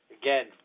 again